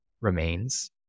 remains